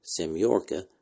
Semyorka